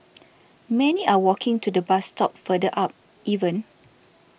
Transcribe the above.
many are walking to the bus stop further up even